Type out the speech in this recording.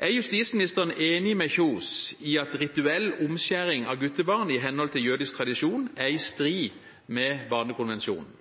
Er justisministeren enig med Kjos i at rituell omskjæring av guttebarn i henhold til jødisk tradisjon er i strid med barnekonvensjonen?